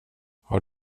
har